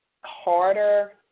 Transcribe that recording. harder